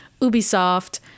Ubisoft